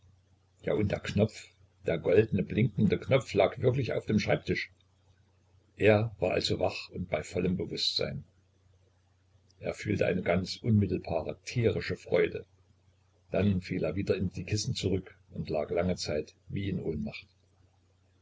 ja und der knopf der goldene blinkende knopf lag wirklich auf dem schreibtisch er war also wach und bei vollem bewußtsein er fühlte eine ganz unmittelbare tierische freude dann fiel er wieder in die kissen zurück und lag lange zeit wie in ohnmacht